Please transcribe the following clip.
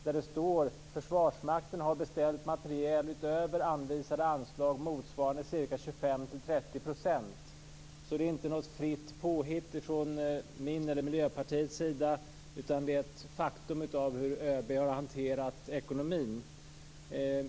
Där står: "Försvarsmakten har beställt materiel utöver anvisade anslag motsvarande ca 25-30 procent". Det är inte något fritt påhitt från min eller Miljöpartiets sida, utan det är ett faktum hur ÖB har hanterat ekonomin.